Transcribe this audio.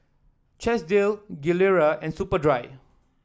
Chesdale Gilera and Superdry